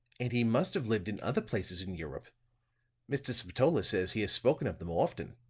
and he must have lived in other places in europe mr. spatola says he has spoken of them often.